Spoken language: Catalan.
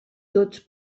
tots